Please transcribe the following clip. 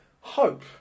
hope